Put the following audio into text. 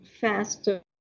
faster